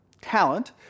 talent